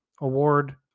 award